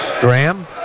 Graham